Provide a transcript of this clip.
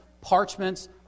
parchments